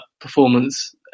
performance